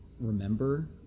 remember